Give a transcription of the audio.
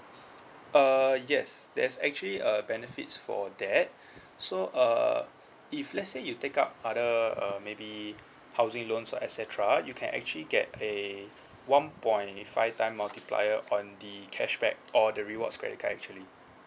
uh yes there's actually uh benefits for that so uh if let's say you take up other uh maybe housing loans or et cetera you can actually get a one point five time multiplier on the cashback or the rewards credit card actually